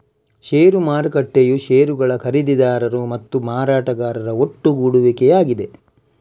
ಷೇರು ಮಾರುಕಟ್ಟೆಯು ಷೇರುಗಳ ಖರೀದಿದಾರರು ಮತ್ತು ಮಾರಾಟಗಾರರ ಒಟ್ಟುಗೂಡುವಿಕೆಯಾಗಿದೆ